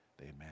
Amen